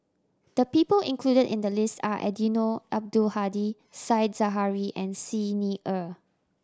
the people included in the list are Eddino Abdul Hadi Said Zahari and Xi Ni Er